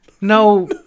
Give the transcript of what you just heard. No